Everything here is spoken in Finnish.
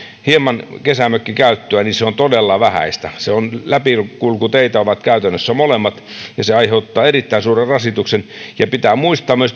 hieman kesämökkikäyttöä ja se on todella vähäistä ne ovat läpikulkuteitä käytännössä molemmat ja se aiheuttaa erittäin suuren rasituksen pitää muistaa myös